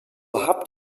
habt